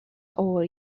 over